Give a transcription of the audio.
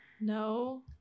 No